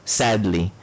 sadly